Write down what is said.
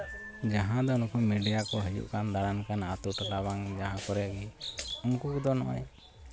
ᱡᱟᱦᱟᱸ ᱫᱚ ᱱᱩᱠᱩ ᱢᱤᱰᱤᱭᱟ ᱠᱚ ᱦᱤᱡᱩᱜ ᱠᱟᱱ ᱫᱟᱬᱟᱱ ᱠᱟᱱ ᱟᱛᱳ ᱴᱚᱞᱟ ᱵᱟᱝ ᱡᱟᱦᱟᱸ ᱠᱚᱨᱮ ᱜᱮ ᱩᱱᱠᱩ ᱫᱚ